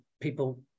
people